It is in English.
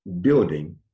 building